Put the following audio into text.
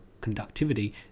conductivity